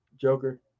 Joker